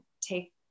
take